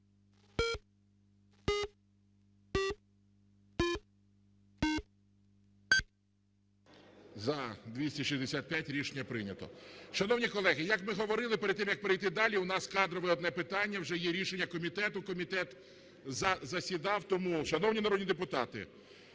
За-265 Рішення прийнято. Шановні колеги, як ми говорили, перед тим, як перейти далі, у нас кадрове одне питання, вже є рішення комітету, комітет засідав. Тому, шановні народні депутати,